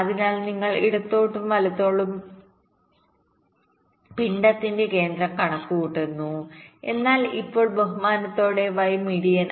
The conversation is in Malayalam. അതിനാൽ നിങ്ങൾ ഇടത്തോട്ടും വലത്തോട്ടും പിണ്ഡത്തിന്റെ കേന്ദ്രം കണക്കുകൂട്ടുന്നു എന്നാൽ ഇപ്പോൾ ബഹുമാനത്തോടെ y മീഡിയൻ